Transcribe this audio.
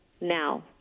now